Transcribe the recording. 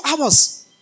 hours